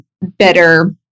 better